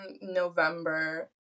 November